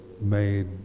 made